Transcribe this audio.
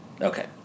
Okay